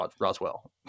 Roswell